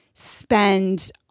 spend